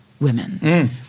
women